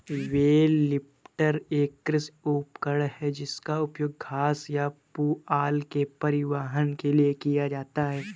bell lifter एक कृषि उपकरण है जिसका उपयोग घास या पुआल के परिवहन के लिए किया जाता है